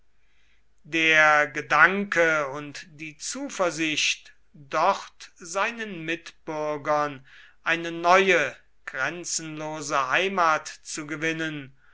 der gedanke und die zuversicht dort seinen mitbürgern eine neue grenzenlose heimat zu gewinnen